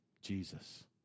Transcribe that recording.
Jesus